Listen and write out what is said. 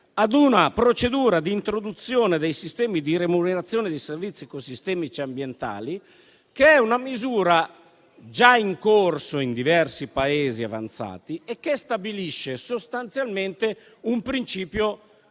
ad una procedura di introduzione dei sistemi di remunerazione dei servizi ecosistemici ambientali, che è una misura già in corso in diversi Paesi avanzati e che stabilisce sostanzialmente un principio